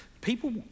people